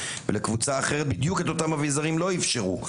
ולקבוצה אחרת בדיוק את אותם אביזרים לא אפשרו.